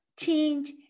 change